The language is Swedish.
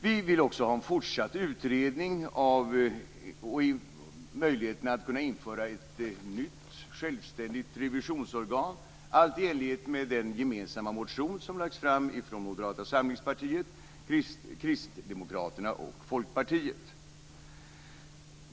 Vi vill också ha en fortsatt utredning av möjligheten av att införa ett nytt självständigt revisionsorgan - allt i enlighet med den gemensamma motion som har lagts fram från Moderata samlingspartiet, Kristdemokraterna och Folkpartiet.